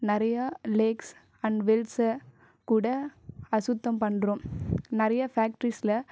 நிறையா lakes and வெல்ஸை கூட அசுத்தம் பண்ணுறோம் நிறைய ஃபேக்ட்ரீஸில்